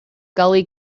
gully